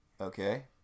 Okay